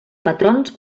patrons